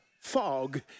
fog